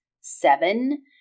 Seven